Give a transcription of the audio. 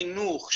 חינוך,